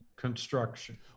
Construction